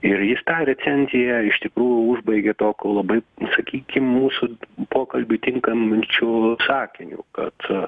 ir jis tą recenziją iš tikrųjų užbaigia tokiu labai sakykim mūsų pokalbiui tinkamų minčių sakiniu kad